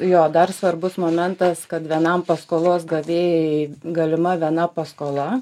jo dar svarbus momentas kad vienam paskolos gavėjai galima viena paskola